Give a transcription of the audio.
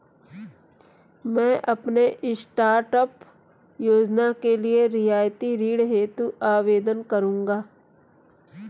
मैं अपने स्टार्टअप योजना के लिए रियायती ऋण हेतु आवेदन करूंगा